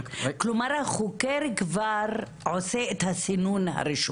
כלומר, החוקר כבר עושה את הסינון הראשוני.